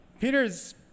Peter's